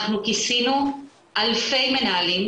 אנחנו כיסינו אלפי מנהלים,